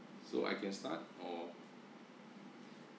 so I can start or